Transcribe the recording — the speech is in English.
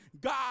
God